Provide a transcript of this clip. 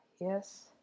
Yes